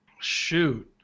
Shoot